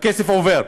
הכסף עובר.